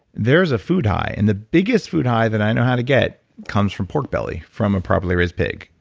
there's a food high. and the biggest food high that i know how to get comes from pork belly from a properly raised pig.